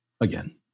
again